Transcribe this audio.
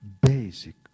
basic